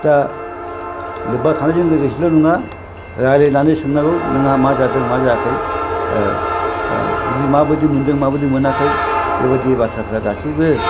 दा लोब्बा थानायजों लोगोसेल' नङा रायज्लायनानै सोंनांगौ नोंहा मा जादों मा जायाखै माबायदि मोन्दों माबायदि मोनाखै बेबायदि बाथ्राफ्रा गासैबो